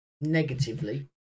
negatively